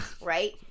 Right